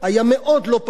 לא בממשלה,